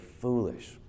foolish